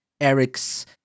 Eric's